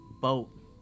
boat